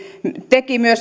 teki